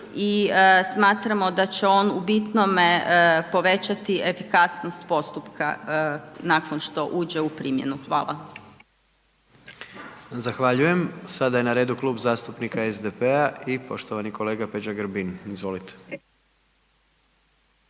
i smatramo da će on u bitnom povećati efikasnost postupka nakon što uđe u primjenu, hvala. **Jandroković, Gordan (HDZ)** Zahvaljujem. Sada je na redu Klub zastupnika SDP-a i poštovani kolega Peđa Grbin, izvolite.